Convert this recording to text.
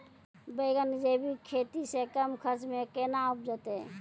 बैंगन जैविक खेती से कम खर्च मे कैना उपजते?